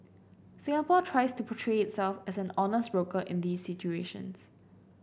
Singapore tries to portray itself as an honest broker in these situations